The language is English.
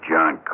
John